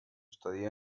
estadía